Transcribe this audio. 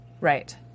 Right